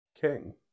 king